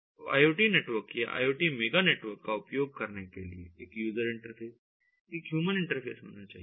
तो IoT network या IoT mega network का उपयोग करने के लिए एक यूजर इंटरफेस एक ह्यूमन इंटरफेस होना चाहिए